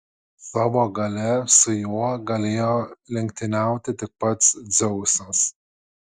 savo galia su juo galėjo lenktyniauti tik pats dzeusas